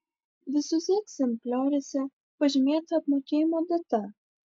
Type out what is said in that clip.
visuose egzemplioriuose pažymėta apmokėjimo data